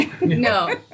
no